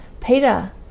Peter